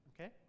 okay